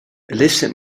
illicit